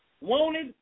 wanted